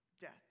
death